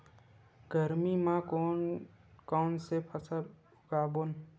गरमी मा कोन कौन से फसल उगाबोन?